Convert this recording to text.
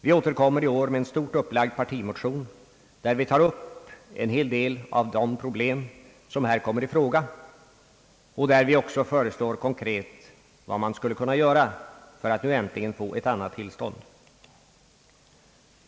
Vi återkommer i år med en stort upplagd partimotion, i vilken vi tar upp en hel del av de problem som här kommer i fråga och i vilken vi också föreslår konkret vad vi skulle kunna göra för att äntligen få andra förhållanden till stånd.